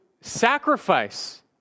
sacrifice